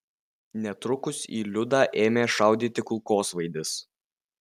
netrukus į liudą ėmė šaudyti kulkosvaidis